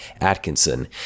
Atkinson